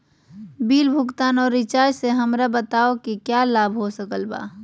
Bill भुगतान और recharge से हमरा बताओ कि क्या लाभ हो सकल बा?